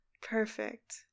Perfect